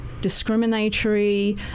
discriminatory